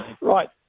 right